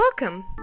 Welcome